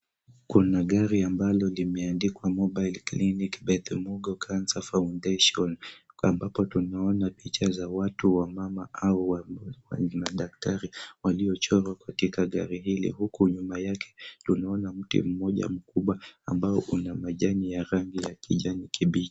Kuna gari ambalo limeadikwa Mobile Clinic Beth Mugo Cancer Foundation ambapo tunaona mapicha za watu wamama au madaktari waliyochorwa katika gari hili huku nyuma yake tunaona mti mmoja mkubwa ambao unamajani ya kijani kibichi.